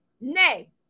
Nay